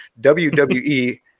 WWE